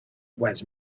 was